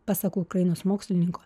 pasak ukrainos mokslininko